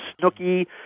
Snooky